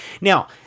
now